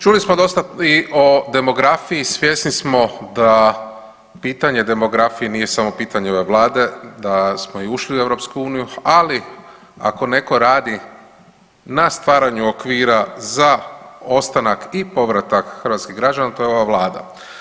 Čuli smo dosta i o demografiji, svjesni smo da pitanje demografije nije samo pitanje ove Vlade, da smo i ušli u EU, ali ako neko radi na stvaranju okvira za ostanak i povratak hrvatskih građana to je ova Vlada.